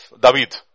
David